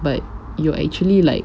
but you're actually like